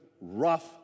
rough